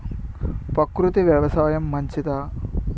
ప్రకృతి వ్యవసాయం మంచిదా?